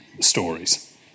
stories